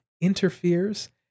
interferes